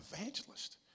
evangelist